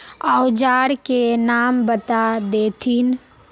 औजार के नाम बता देथिन?